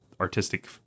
artistic